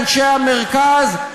אנשי המרכז,